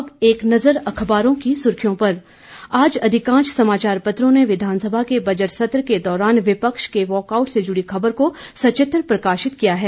अब एक नजर अखबारों की सुर्खियों पर आज अधिकांश समाचार पत्रों ने विधानसभा के बजट सत्र के दौरान विपक्ष के वॉकआउट से जुड़ी खबर को सचित्र प्रकाशित किया है